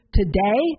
today